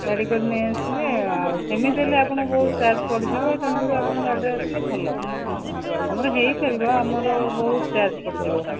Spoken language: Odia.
ଗାଡ଼ି କରି ନେଇଆସିବେ ଆଉ ସେମିତି ହେଲେ ଆପଣଙ୍କୁ ବହୁତ ଚାର୍ଜ ପଡ଼ିଯିବ ତେଣୁକରି ଆପଣ ଗାଡ଼ିରେ ଆସିଲେ ଭଲ ଆମର ହେଇପାରିବ ଆମର ବହୁତ ଚାର୍ଜ ପଡ଼ିଯିବ